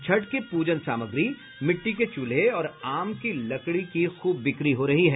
छठ के प्रजन सामग्री मिट्टी के चूल्हे और आम की लकड़ी की खुब बिक्री हो रही है